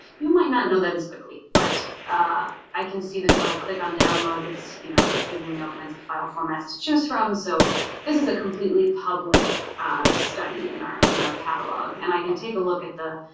you might not know that as quickly. but ah i can see that if i click on download it's, you know, it's giving me all kinds of file formats to choose from so this is a completely public study in our in our catalog. and i can take a look at the,